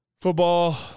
Football